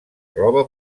roba